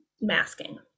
masking